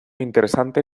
interesante